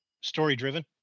story-driven